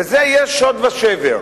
וזה יהיה שוד ושבר.